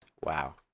Wow